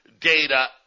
data